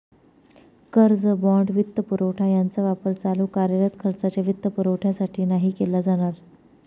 कर्ज, बाँड, वित्तपुरवठा यांचा वापर चालू कार्यरत खर्चाच्या वित्तपुरवठ्यासाठी नाही केला जाणार